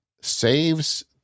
saves